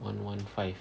one one five